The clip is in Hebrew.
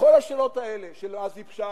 וכל השמות האלה, של עזמי בשארה,